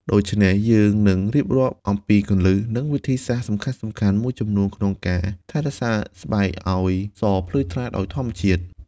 ដូច្នេះយើងនឹងរៀបរាប់ អំពីគន្លឹះ និងវិធីសាស្រ្តសំខាន់ៗមួយចំនួនក្នុងការថែរក្សាស្បែកឲ្យសភ្លឺថ្លាដោយធម្មជាតិ។